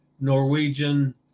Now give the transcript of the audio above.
Norwegian